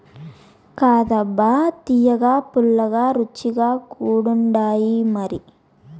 కాదబ్బా తియ్యగా, పుల్లగా, రుచిగా కూడుండాయిమరి